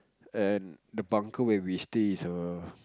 and the bunker where we stay is err